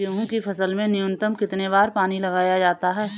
गेहूँ की फसल में न्यूनतम कितने बार पानी लगाया जाता है?